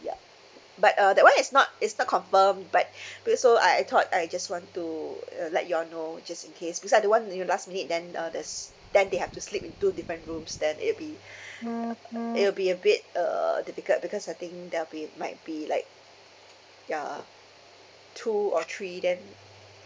ya but uh that one is not it's not confirm but because so I I thought I just want to uh let you all know just in case beside the one you know last minute then uh there's then they have to sleep in two different rooms then it'll be uh it'll be a bit uh difficult because I think there will be might be like ya two or three then